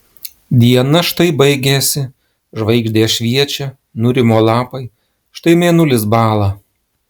diena štai baigėsi žvaigždės šviečia nurimo lapai štai mėnulis bąla